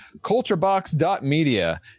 culturebox.media